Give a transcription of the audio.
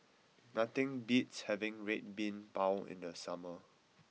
nothing beats having Red Bean Bao in the summer